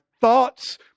thoughts